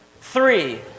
three